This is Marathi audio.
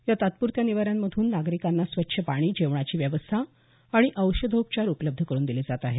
या तात्प्रत्या निवाऱ्यांमधून नागरिकांना स्वच्छ पाणी जेवणाची व्यवस्था आणि औषधोपचार उपलब्ध करून दिले जात आहेत